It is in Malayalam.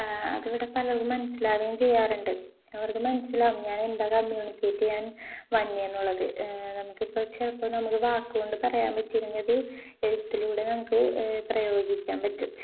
അതിവിടെ പലര്ക്കും മനസ്സിലാകുകയും ചെയ്യാറുണ്ട് അവർക്ക് മനസ്സിലാവും ഞാൻ എന്താണ് കമ്മ്യൂണിക്കേറ്റ് ചെയ്യാൻ വരുന്നതെന്നുള്ളത് നമുക്കിപ്പോള് ചിലപ്പോള് നമുക്ക് വാക്കുകൊണ്ട് പറയാൻ പറ്റിയില്ലെങ്കിലത് എഴുത്തിലൂടെ നമുക്ക് പ്രയോഗിക്കാൻ പറ്റും